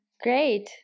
Great